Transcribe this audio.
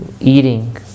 eating